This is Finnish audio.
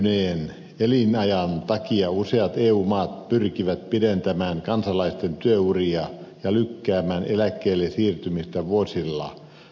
ihmisen pidentyneen elinajan takia useat eu maat pyrkivät pidentämään kansalaisten työuria ja lykkäämään eläkkeelle siirtymistä vuosilla